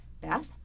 Beth